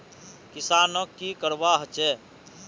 किसानोक की करवा होचे?